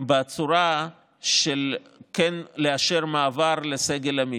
בצורה של כן לאשר מעבר לסגל עמית,